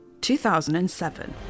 2007